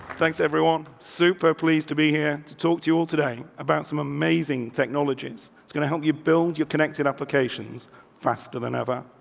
thanks, everyone super pleased to be here to talk to you all today about some amazing technologies. it's gonna help you build your connected applications faster than ever.